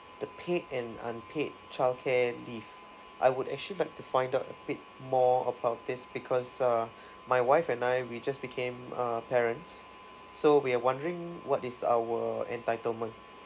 the paid and unpaid childcare leave I would actually like to find out a bit more about this because uh my wife and I we just became uh parents so we're wondering what is our entitlement